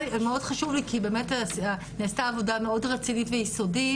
מאוד חשוב לי כי באמת נעשתה עבודה מאוד רצינית ויסודית